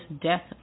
death